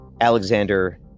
alexander